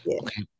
okay